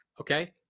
Okay